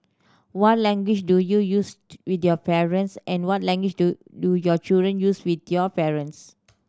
what language do you use to with your parents and what language do do your children use with your parents